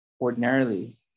ordinarily